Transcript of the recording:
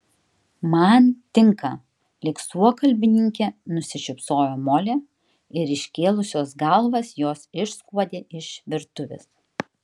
man tinka lyg suokalbininkė nusišypsojo molė ir iškėlusios galvas jos išskuodė iš virtuvės